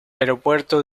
aeropuerto